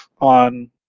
on